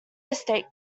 estate